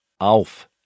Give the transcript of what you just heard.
Auf